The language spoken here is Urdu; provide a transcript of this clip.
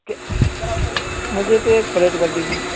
کہ مجھے تو ایک پلیٹ کر دیجیے